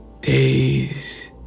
days